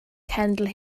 cenedl